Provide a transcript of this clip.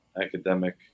academic